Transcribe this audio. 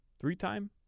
three-time